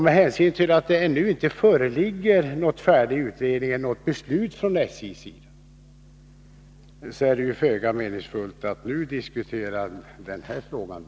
Med hänsyn till att det ännu inte föreligger någon färdig utredning eller något beslut från SJ:s sida, är det föga meningsfullt att nu diskutera denna fråga vidare.